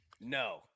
No